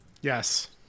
Yes